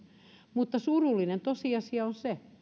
mutta surullinen tosiasia on se